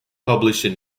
published